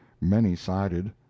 many-sided